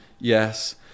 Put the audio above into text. Yes